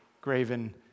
graven